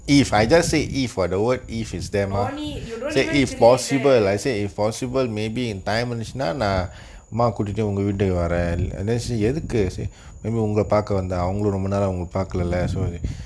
no need you don't even create the